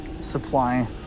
supply